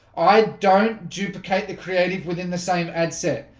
i don't duplicate the creative within the same ad set.